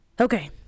Okay